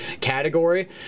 category